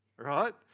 right